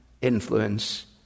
influence